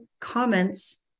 comments